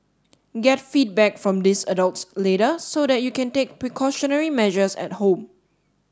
get feedback from these adults later so that you can take precautionary measures at home